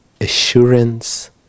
Assurance